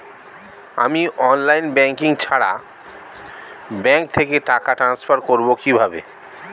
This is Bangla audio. আমি অনলাইন ব্যাংকিং ছাড়া ব্যাংক থেকে টাকা ট্রান্সফার করবো কিভাবে?